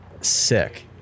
sick